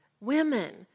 women